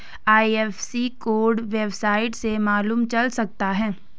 IFSC code website से मालूम चल सकता है